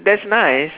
that's nice